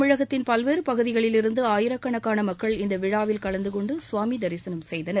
தமிழகத்தின் பல்வேறு பகுதிகளிலிருந்து ஆயிரக்கணக்கான மக்கள் இந்த விழாவில் கலந்து கொண்டு சுவாமி தரிசனம் செய்தனர்